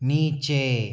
नीचे